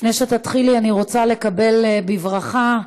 לפני שתתחילי, אני רוצה לקבל בברכה,